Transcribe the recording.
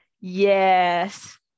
yes